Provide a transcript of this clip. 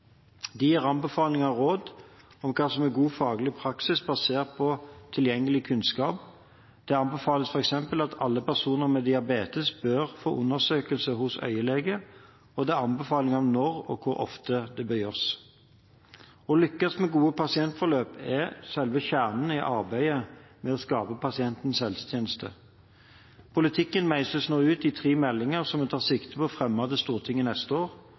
De gir anbefalinger og råd om hva som er god faglig praksis basert på tilgjengelig kunnskap. Det anbefales f.eks. at alle personer med diabetes bør få utført undersøkelser hos øyelege, og det er anbefalinger om når og hvor ofte det bør gjøres. Å lykkes med gode pasientforløp er selve kjernen i arbeidet med å skape pasientens helsetjeneste. Politikken meisles nå ut i tre meldinger som vi tar sikte på å fremme for Stortinget til neste år.